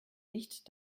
nicht